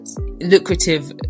lucrative